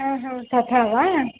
आ हा तथा वा